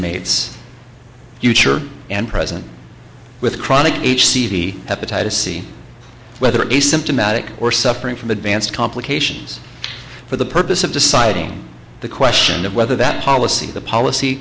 inmates future and present with chronic each cd hepatitis c whether asymptomatic or suffering from advanced complications for the purpose of deciding the question of whether that policy the policy